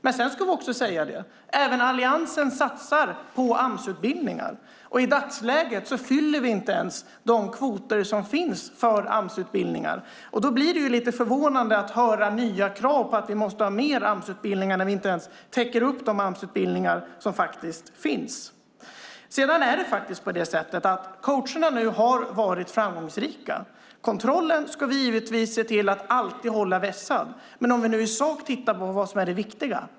Men sedan ska vi säga att även Alliansen satsar på Amsutbildningar, och i dagsläget fyller vi inte ens de kvoter som finns för Amsutbildningar. Då blir det lite förvånande att höra nya krav på att vi måste ha mer Amsutbildningar när vi inte ens täcker upp de Amsutbildningar som faktiskt finns. Sedan har coacherna faktiskt varit framgångsrika. Vi ska givetvis se till att alltid hålla kontrollen vässad. Men vi kan nu i sak titta på vad som är det viktiga.